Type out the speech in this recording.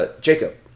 Jacob